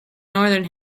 northern